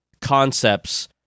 concepts